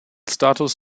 status